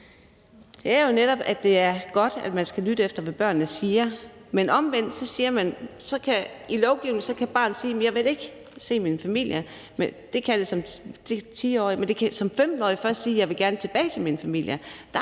sagde jo netop, at det er godt, at man skal lytte efter, hvad børnene siger. Men omvendt kan barnet ifølge lovgivningen som 10-årig sige, at det ikke vil se sin familie, men først som 15-årig sige, at det gerne vil tilbage til sin familie.